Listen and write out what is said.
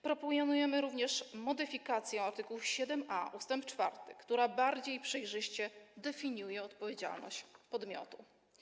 Proponujemy również modyfikację art. 7a ust. 4, która bardziej przejrzyście definiuje odpowiedzialność podmiotu.